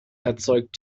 erzeugt